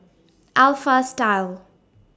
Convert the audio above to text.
Alpha Style